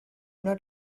not